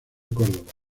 córdoba